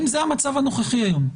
האם זה המצב הנוכחי היום?